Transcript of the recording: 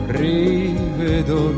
rivedo